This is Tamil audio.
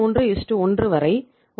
331 வரை 1